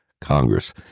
Congress